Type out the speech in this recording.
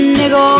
nigga